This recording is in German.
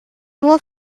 nur